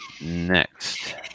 next